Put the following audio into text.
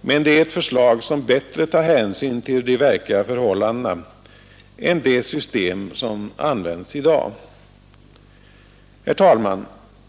men det är ett förslag som bättre tar hänsyn till de verkliga förhållandena än det system som används i dag. Herr talman!